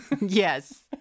Yes